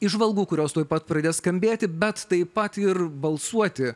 įžvalgų kurios tuoj pat pradės skambėti bet taip pat ir balsuoti